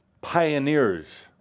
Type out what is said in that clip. pioneers